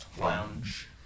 lounge